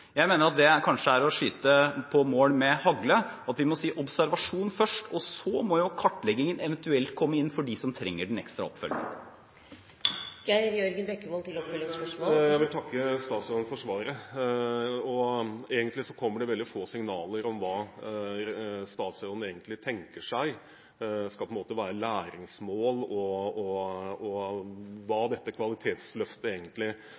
Jeg mener at det kanskje er å skyte på mål med hagle, og at vi må si observasjon først, og så må jo kartleggingen eventuelt komme inn for dem som trenger ekstra oppfølging. Jeg vil takke statsråden for svaret. Det kommer få signaler om hva statsråden egentlig tenker at skal være læringsmål, og hva dette kvalitetsløftet egentlig dreier seg om på akkurat det området. Det er godt å høre at statsråden også er opptatt av bemanningsnorm, og